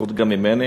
ברכות גם ממני.